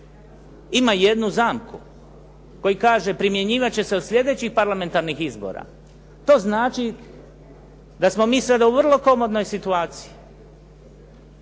ima jednu zamku koji kaže primjenjivati će se od sljedećih parlamentarnih izbora. To znači da smo mi sada u vrlo komodnoj situaciji